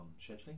scheduling